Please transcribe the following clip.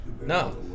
No